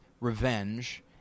revenge